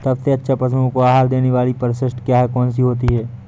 सबसे अच्छा पशुओं को देने वाली परिशिष्ट क्या है? कौन सी होती है?